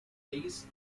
face